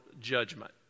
judgment